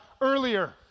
earlier